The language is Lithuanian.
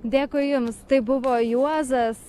dėkui jums tai buvo juozas